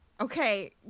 Okay